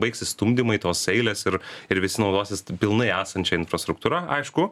baigsis stumdymai tos eilės ir ir visi naudosis taip pilnai esančia infrastruktūra aišku